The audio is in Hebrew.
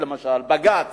בג"ץ